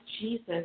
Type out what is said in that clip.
Jesus